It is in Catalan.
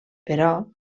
però